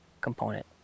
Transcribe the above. component